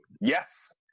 Yes